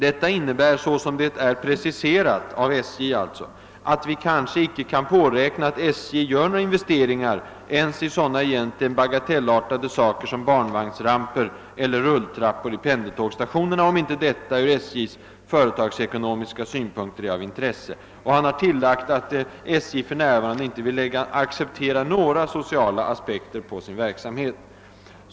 ——— Detta innebär, så som det är preciserat, att vi kanske inte kan påräkna att SJ gör några investeringar ens i sådana egentligen bagatellartade saker som barnvagnsramper eller rulltrappor i pendeltågsstationerna, om detta inte ur SJ:s företagsekonomiska synpunkter är av intresse.» Han har tillagt att SJ för närvarande inte vill acceptera några sociala aspekter på sin verksamhet.